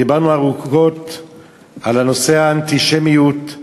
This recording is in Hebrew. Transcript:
דיברנו ארוכות על נושא האנטישמיות,